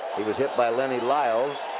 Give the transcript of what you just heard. he was hit by lenny lyles.